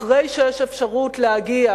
אחרי שיש אפשרות להגיע,